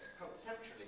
conceptually